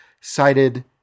cited